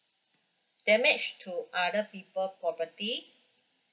damage to other people property